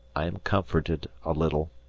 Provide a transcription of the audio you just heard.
i am comforted a little